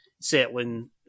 settling